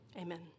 Amen